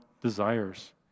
desires